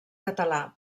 català